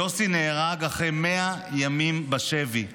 יוסי נהרג אחרי 100 ימים בשבי,